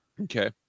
Okay